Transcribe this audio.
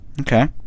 Okay